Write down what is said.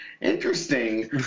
Interesting